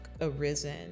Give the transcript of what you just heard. arisen